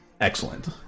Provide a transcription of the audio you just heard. excellent